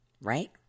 right